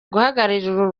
guhagararira